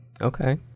Okay